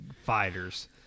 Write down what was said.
fighters